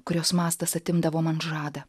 kurios mastas atimdavo man žadą